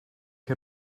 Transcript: her